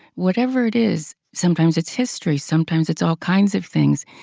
whatever it is. sometimes it's history. sometimes it's all kinds of things.